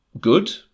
good